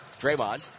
Draymond